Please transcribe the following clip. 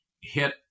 hit